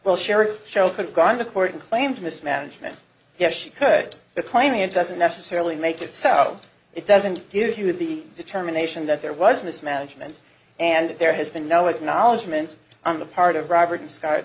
well sheriff show could've gone to court and claimed mismanagement yes she could but claiming it doesn't necessarily make it so it doesn't give you the determination that there was mismanagement and there has been no acknowledgement on the part of robert